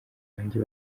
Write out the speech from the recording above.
banjye